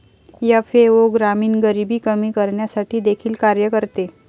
FAO ग्रामीण गरिबी कमी करण्यासाठी देखील कार्य करते